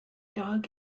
dog